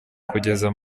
kugeza